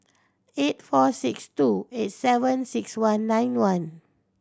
eight four six two eight seven six one nine one